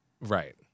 right